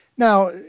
Now